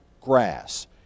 grass